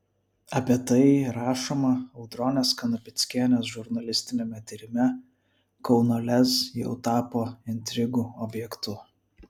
apie tai rašoma audronės kanapickienės žurnalistiniame tyrime kauno lez jau tapo intrigų objektu